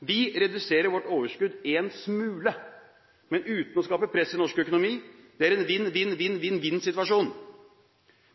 Vi reduserer vårt overskudd en smule, men uten å skape press i norsk økonomi – det er en vinn-vinn-vinn-vinn-situasjon.